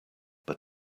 but